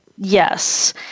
Yes